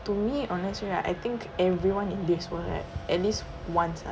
to me honestly right I think everyone in this will have at least once ah